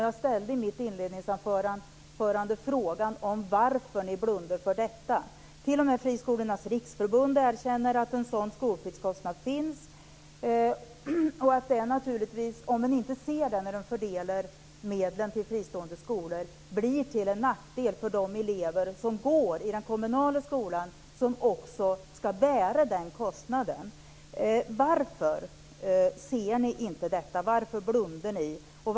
Jag ställde i mitt inledningsanförande frågan varför ni blundar för detta. T.o.m. Friskolornas Riksförbund erkänner att en sådan skolpliktskostnad finns. Om man inte ser det när man fördelar medlen till fristående skolor blir det till nackdel för de elever som går i den kommunala skolan. Den ska ju också bära den kostnaden. Varför ser ni inte detta? Varför blundar ni?